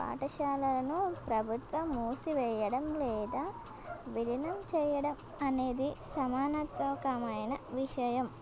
పాఠశాలను ప్రభుత్వ మూసి వెయ్యడం లేదా విలీనం చెయ్యడం అనేది సహేతుకమైన విషయం